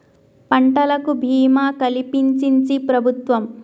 పంటలకు భీమా కలిపించించి ప్రభుత్వం